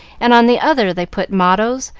and on the other they put mottoes,